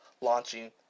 launching